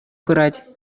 пырать